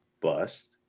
bust